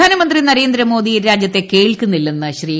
പ്രധാനമന്ത്രി നരേന്ദ്രമോദി രാജ്യത്തെ കേൾക്കുന്നില്ലെന്ന് ശ്രീ